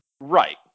Right